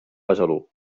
besalú